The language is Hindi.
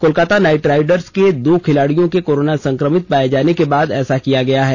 कोलकाता नाइट राइडर्स के दो खिलाडियों के कोरोना संक्रमित पाये जाने के बाद ऐसा किया गया है